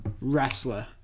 wrestler